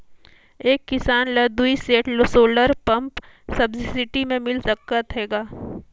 एक किसान ल दुई सेट सोलर पम्प सब्सिडी मे मिल सकत हे का?